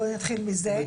בואי נתחיל מזה.